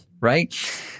right